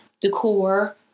decor